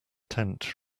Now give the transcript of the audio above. tent